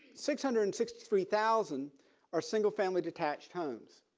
six hundred and sixty three thousand are single family detached homes.